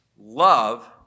Love